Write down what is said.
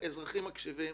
אזרחים מקשיבים.